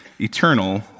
eternal